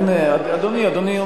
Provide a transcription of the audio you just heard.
אדוני,